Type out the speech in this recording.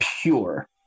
pure